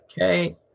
Okay